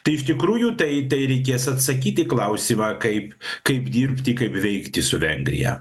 tai iš tikrųjų tai tai reikės atsakyt į klausimą kaip kaip dirbti kaip veikti su vengrija